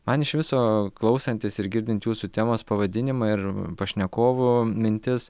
man iš viso klausantis ir girdint jūsų temos pavadinimą ir pašnekovų mintis